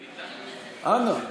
אנא.